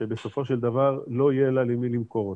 שבסופו של דבר לא יהיה לה למי למכור אותה.